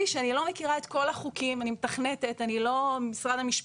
אני לא נגד אדוני.